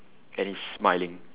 and he is smiling